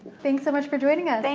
thanks so much for joining us. thank